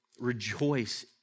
rejoice